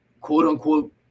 quote-unquote